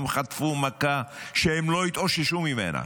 הם חטפו מכה שהם לא יתאוששו ממנה,